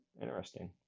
Interesting